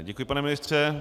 Děkuji, pane ministře.